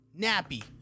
Nappy